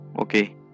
Okay